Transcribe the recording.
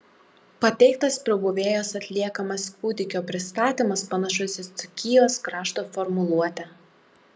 pateiktas pribuvėjos atliekamas kūdikio pristatymas panašus į dzūkijos krašto formuluotę